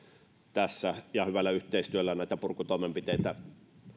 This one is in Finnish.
tässä ja hyvällä yhteistyöllä on näitä purkutoimenpiteitä